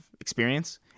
experience